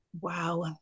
Wow